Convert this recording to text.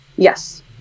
yes